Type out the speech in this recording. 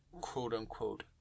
quote-unquote